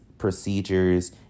procedures